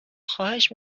خواهش